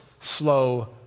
slow